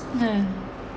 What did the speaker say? uh